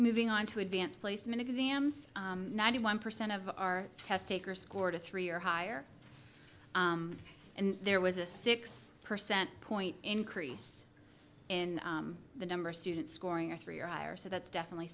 moving on to advanced placement exams ninety one percent of our test takers scored a three or higher and there was a six percent point increase in the number of students scoring a three or higher so that's definitely